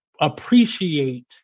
appreciate